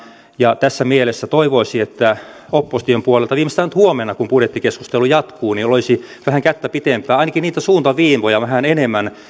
ja tässä mielessä toivoisi että opposition puolelta viimeistään nyt huomenna kun budjettikeskustelu jatkuu olisi vähän kättä pidempää ainakin niitä suuntaviivoja vähän enemmän